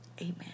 Amen